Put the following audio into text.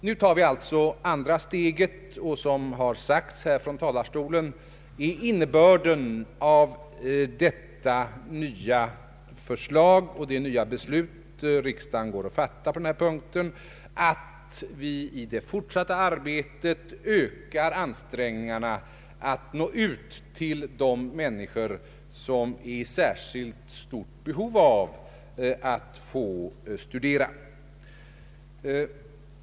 Nu tar vi alltså det andra steget, och som redan sagts här från talarstolen är innebörden av detta nya förslag och det nya beslut riksdagen går att fatta på denna punkt att vi i det fortsatta arbetet ökar ansträngningarna att nå ut till de människor som är i särskilt stort behov av att få studera.